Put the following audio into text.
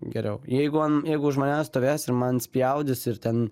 geriau jeigu an jeigu už manęs stovės ir man spjaudys ir ten